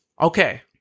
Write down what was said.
okay